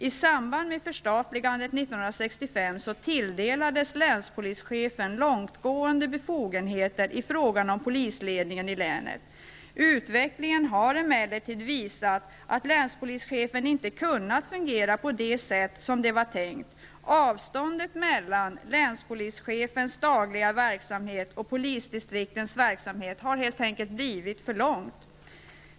I samband med förstatligandet 1965 tilldelades länspolischefen långtgående befogenheter i fråga om polisledningen i länet. Utvecklingen har emellertid visat att länspolischefen inte kunnat fungera på det sätt som det var tänkt. Avståndet mellan länspolischefens dagliga verksamhet och polisdistriktens verksamhet har helt enkelt blivit för långt.